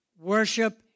Worship